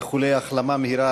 איחולי החלמה מהירה,